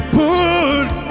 put